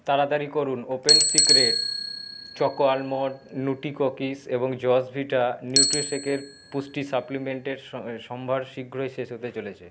তাড়াতাড়ি করুন open secret choco almond nutty cookies এবং জসভিটা নিউট্রি শেকের পুষ্টি সাপ্লিমেন্টের সম্ভার শীঘ্রই শেষ হতে চলেছে